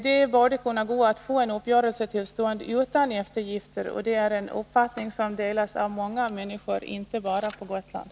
Det borde kunna gå att få en uppgörelse till stånd utan eftergifter, och det är en uppfattning som delas av många människor — inte bara på Gotland.